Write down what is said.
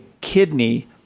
kidney